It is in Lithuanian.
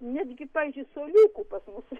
netgi pavyzdžiui suoliukų pas mus